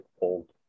old